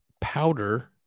powder